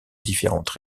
différentes